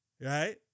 right